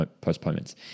postponements